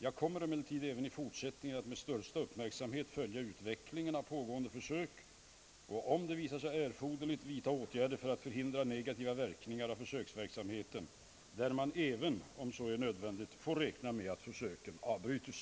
Jag kommer emellertid även i fortsättningen att med största uppmärksamhet följa utvecklingen av pågående försök och, om det visar sig erforderligt, vidta åtgärder för att förhindra negativa verkningar av försöksverksamheten, varvid man även, om så är nödvändigt, får räkna med att försöken avbryts.